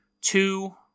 two